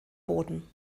boden